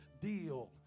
deal